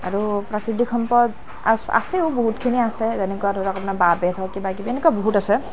আৰু প্ৰাকৃতিক সম্পদ আ আছেও বহুতখিনি আছে যেনেকুৱা ধৰক আপোনাৰ বাঁহ বেত ধৰক কিবাকিবি এনেকুৱা বহুত আছে